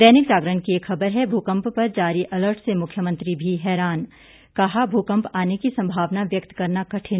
दैनिक जागरण की एक खबर है भूकंप पर जारी अलर्ट से मुख्यमंत्री भी हैरान कहा भूकंप आने की संभावना व्यक्त करना कठिन